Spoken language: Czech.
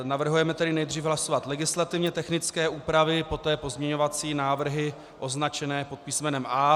Navrhujeme tedy nejdřív hlasovat legislativně technické úpravy, poté pozměňovací návrhy označené písmenem A.